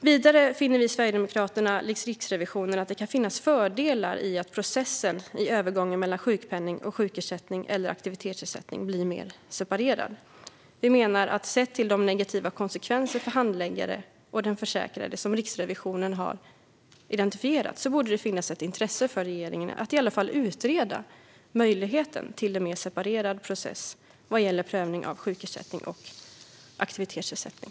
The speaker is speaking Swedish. Vidare finner Sverigedemokraterna likt Riksrevisionen att det kan finnas fördelar i att processen i övergången mellan sjukpenning och sjukersättning eller aktivitetsersättning blir mer separerad. Vi menar att sett till de negativa konsekvenser för handläggare och den försäkrade som Riksrevisionen har identifierat borde det finnas intresse för regeringen att i alla fall utreda möjligheten till en mer separerad process vad gäller prövning av sjukersättning och aktivitetsersättning.